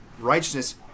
righteousness